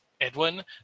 Edwin